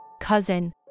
cousin